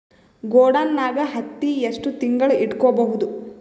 ಗೊಡಾನ ನಾಗ್ ಹತ್ತಿ ಎಷ್ಟು ತಿಂಗಳ ಇಟ್ಕೊ ಬಹುದು?